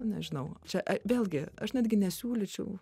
nu nežinau čia vėlgi aš netgi nesiūlyčiau